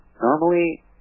normally